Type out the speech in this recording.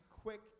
quick